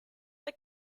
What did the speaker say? this